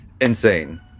insane